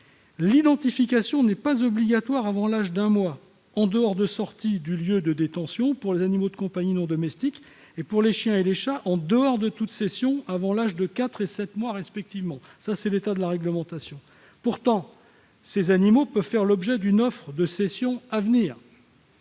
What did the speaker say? L'identification n'est pas obligatoire avant l'âge d'un mois, sauf en cas de sortie du lieu de détention pour les animaux de compagnie non domestiques et, pour les chiens et les chats, en cas de cession avant l'âge respectivement de quatre et sept mois. Tel est l'état de la réglementation. Pourtant, ces animaux peuvent faire l'objet d'une offre de cession à venir